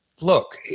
look